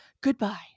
Goodbye